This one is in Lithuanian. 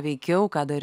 veikiau ką darai